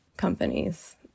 companies